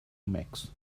mix